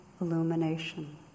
illumination